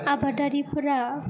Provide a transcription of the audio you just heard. आबादारिफोरा